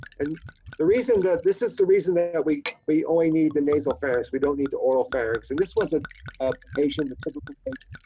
and the reason that this is the reason that we we only need the nasal pharynx we don't need the oral pharynx and this was a ah patient the typical patient.